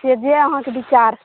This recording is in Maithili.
से जे अहाँके विचार